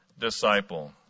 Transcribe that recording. disciple